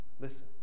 Listen